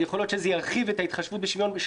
יכול להיות שזה ירחיב את ההתחשבות בשוויון של